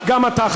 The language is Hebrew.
גם אתה,